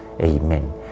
Amen